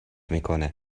میکنه